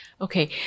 Okay